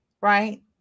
right